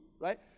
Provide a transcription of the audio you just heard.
Right